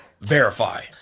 Verify